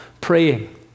praying